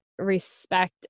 respect